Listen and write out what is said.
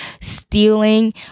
stealing